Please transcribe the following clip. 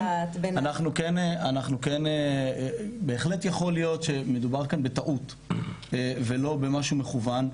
אבל בהחלט יכול להיות שמדובר כאן בטעות ולא במשהו מכוון.